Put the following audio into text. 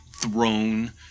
throne